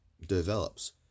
Develops